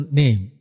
name